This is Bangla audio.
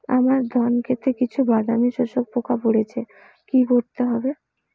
আমার ধন খেতে কিছু বাদামী শোষক পোকা পড়েছে কি করতে হবে?